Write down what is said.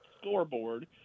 scoreboard